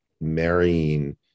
marrying